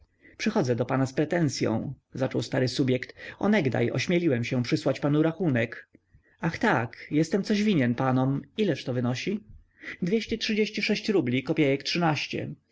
przychodzę do pana z pretensyą zaczął stary subjekt onegdaj ośmieliłem się przysłać panu rachunek ach tak jestem coś winien panom ileżto wynosi dwieście trzydzieści sześć rubli kopiejek trzynaście